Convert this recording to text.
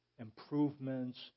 improvements